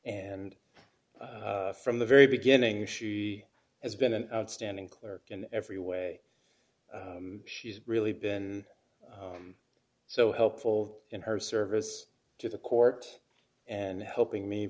and from the very beginning she has been an outstanding clerk in every way she's really ready been so helpful in her service to the court and helping me